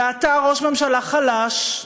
ואתה ראש ממשלה חלש.